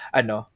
ano